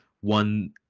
one